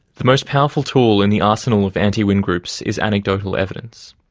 the most powerful tool in the arsenal of anti-wind groups is anecdotal evidence.